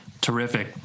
Terrific